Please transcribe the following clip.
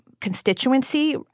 constituency